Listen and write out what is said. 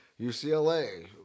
UCLA